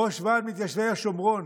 ראש ועד מתיישבי השומרון: